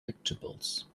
vegetables